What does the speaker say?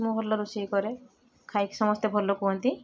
ମୁଁ ଭଲ ରୋଷେଇ କରେ ଖାଇକି ସମସ୍ତେ ଭଲ କୁହନ୍ତି